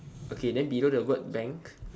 okay then below the word bank